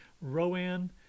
Rowan